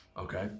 Okay